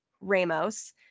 Ramos